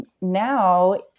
now